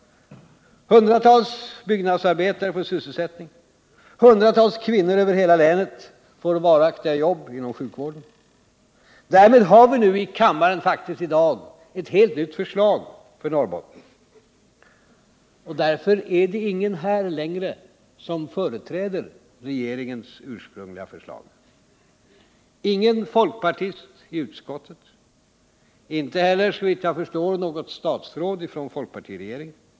Hundratals byggnadsarbetare får sysselsättning. Hundratals kvinnor över hela länet får varaktiga jobb inom sjukvården. Därigenom har vi faktiskt i kammaren i dag ett helt nytt förslag för Norrbotten. Därför är det inte längre någon här som företräder regeringens ursprungliga förslag — ingen folkpartist i utskottet, inte heller såvitt jag förstår något statsråd från folkpartiregeringen.